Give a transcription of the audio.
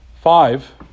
Five